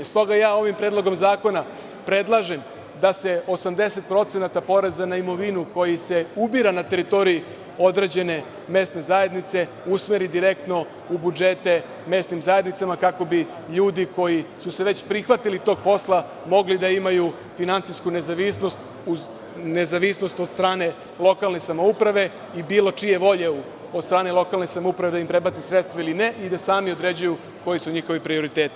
Stoga ovim predlogom zakona predlažem da se 80% poreza na imovinu, koji se ubira na teritoriji određene mesne zajednice, usmeri direktno u budžete mesnim zajednicama, kako bi ljudi koji su se već prihvatili tog posla mogli da imaju finansijsku nezavisnost, nezavisnost od strane lokalne samouprave i bilo čije volje od strane lokalne samouprave da im prebaci sredstva ili ne i da sami određuju koji su njihovi prioriteti.